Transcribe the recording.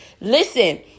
Listen